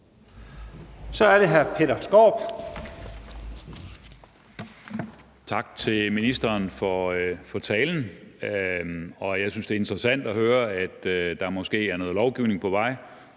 21:22 Peter Skaarup (DD): Tak til ministeren for talen. Jeg synes, det er interessant at høre, at der måske er noget lovgivning på vej.